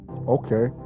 Okay